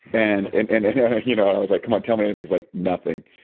and and and and and you know and i was like, come on, tell me anything. he's like nothing.